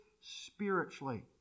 spiritually